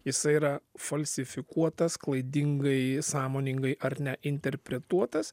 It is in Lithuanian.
jisai yra falsifikuotas klaidingai sąmoningai ar ne interpretuotas